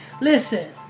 Listen